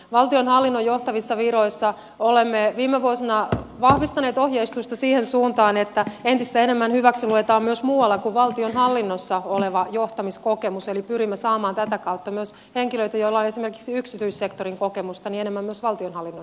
valtionhallinnon johtavissa viroissa olemme viime vuosina vahvistaneet ohjeistusta siihen suuntaan että entistä enemmän hyväksiluetaan myös muualta kuin valtionhallinnosta oleva johtamiskokemus eli pyrimme saamaan tätä kautta myös henkilöitä joilla on esimerkiksi yksityissektorin kokemusta enemmän myös valtionhallinnon tehtäviin